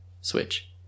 Switch